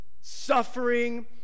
suffering